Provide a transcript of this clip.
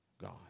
God